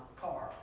car